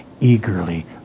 eagerly